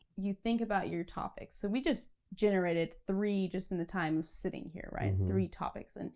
you think about your topic. so we just generated three, just in the time of sitting here, right, three topics, and